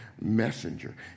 messenger